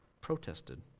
protested